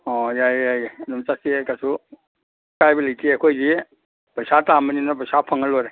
ꯑꯣ ꯌꯥꯏ ꯌꯥꯏ ꯌꯥꯏ ꯑꯗꯨꯝ ꯆꯠꯁꯤ ꯀꯩꯁꯨ ꯑꯀꯥꯏꯕ ꯂꯩꯇꯦ ꯑꯩꯈꯣꯏꯗꯤ ꯄꯩꯁꯥ ꯇꯥꯟꯕꯅꯤꯅ ꯄꯩꯁꯥ ꯐꯪꯉ ꯂꯣꯏꯔꯦ